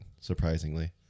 surprisingly